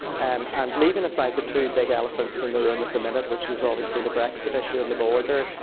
um and leaving aside the two big elephants in the room at the minute, which is obviously the brexit issue and the border,